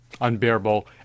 unbearable